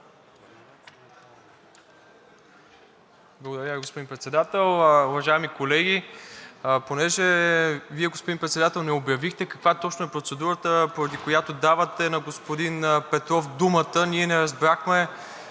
Благодаря, господин Председател. Уважаеми колеги, понеже Вие, господин Председател, не обявихте каква точно е процедурата, поради която давате на господин Петров думата, ние не разбрахме,